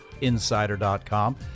Insider.com